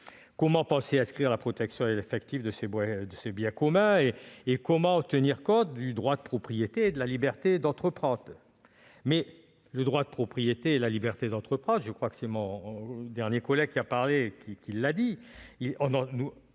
Comment inscrire la protection effective de ces biens communs en tenant compte du droit de propriété et de la liberté d'entreprendre ?